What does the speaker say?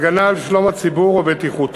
הגנה על שלום הציבור ובטיחותו,